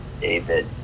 David